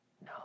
No